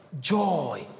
joy